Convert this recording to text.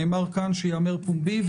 נאמר כאן שזה ייאמר פומבית.